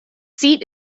seat